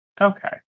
Okay